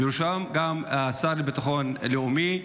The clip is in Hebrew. ובראשם גם השר לביטחון לאומי,